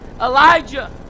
Elijah